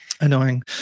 Annoying